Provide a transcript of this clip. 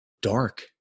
dark